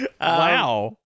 Wow